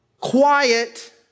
quiet